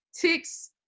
Tick's